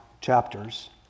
chapters